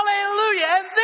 Hallelujah